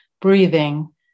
breathing